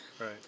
Right